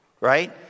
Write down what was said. right